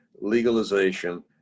legalization